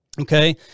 Okay